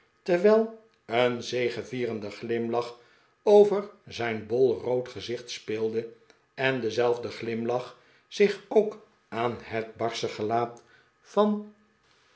terwijl een zegevierende glimlach over zijn bol rood gezicht speelde en dezelfde glimlach zich ook aan het barsche gelaat van